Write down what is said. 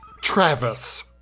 Travis